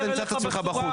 אני אוציא אותך החוצה.